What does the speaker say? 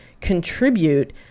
contribute